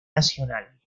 nacional